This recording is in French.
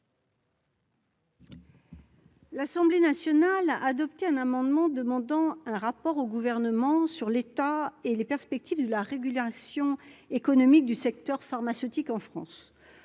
L'Assemblée nationale a adopté un amendement demandant un rapport au gouvernement sur l'état et les perspectives de la régulation économique du secteur pharmaceutique en France,